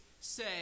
say